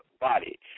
body